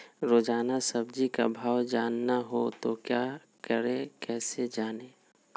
रोजाना सब्जी का भाव जानना हो तो क्या करें कैसे जाने?